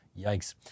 Yikes